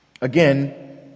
Again